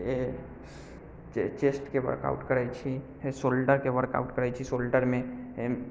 चे चेस्टके वर्कआउट करै छी फेर शोल्डरके वर्कआउट करै छी शोल्डरमे